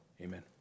Amen